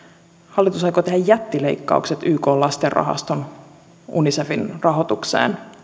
hallitus aikoo tehdä jättileikkaukset ykn lastenrahaston unicefin rahoitukseen